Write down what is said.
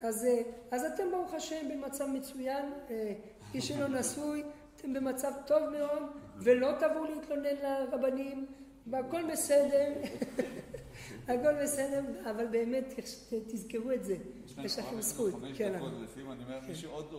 אז אתם ברוך השם במצב מצוין, מי שלא נשוי, אתם במצב טוב מאוד ולא תבואו להתלונן לרבנית, והכל בסדר, הכל בסדר, אבל באמת תזכרו את זה, יש לכם זכות.